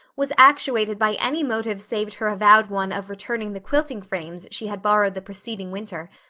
was actuated by any motive save her avowed one of returning the quilting frames she had borrowed the preceding winter,